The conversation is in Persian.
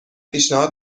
پیشنهاد